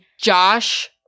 Josh